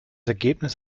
ergebnis